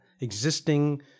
existing